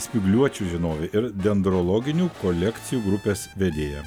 spygliuočių žinovė ir dendrologinių kolekcijų grupės vedėja